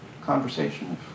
conversation